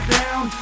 down